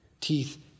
Teeth